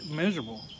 miserable